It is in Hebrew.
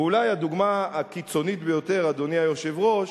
ואולי הדוגמה הקיצונית ביותר, אדוני היושב-ראש,